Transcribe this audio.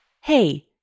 Hey